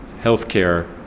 healthcare